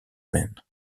men